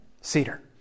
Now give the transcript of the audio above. Cedar